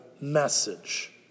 message